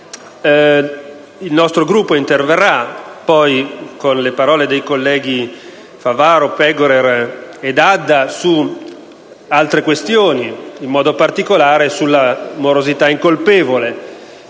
Il nostro Gruppo interverrà con le parole dei colleghi Favero, Pegorer e D'Adda su altre questioni e, in particolare, sulla morosità incolpevole